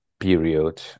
period